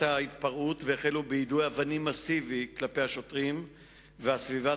ההתפרעות והחלו ביידוי אבנים מסיבי כלפי השוטרים והסביבה,